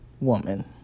woman